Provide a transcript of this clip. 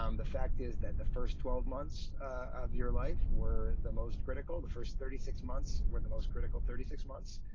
um the fact is that the first twelve months of your life for the most critical the first thirty six months where the most critical thirty six months.